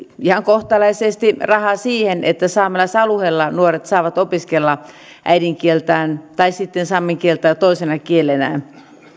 ihan kohtalaisesti rahaa siihen että saamelaisalueilla nuoret saavat opiskella äidinkieltään tai sitten saamen kieltä toisena kielenä